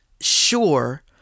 sure